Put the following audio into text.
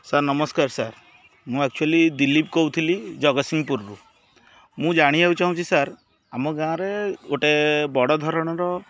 sir ନମସ୍କାର sir ମୁଁ actually Dilip କହୁଥିଲି ଜଗତସିଂହପୁରରୁ ମୁଁ ଜାଣିବାକୁ ଚାହୁଁଛି ସାର୍ ଆମ ଗାଁରେ ଗୋଟେ ବଡ଼ ଧରଣର